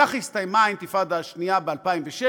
ככה הסתיימה האינתיפאדה השנייה ב-2006.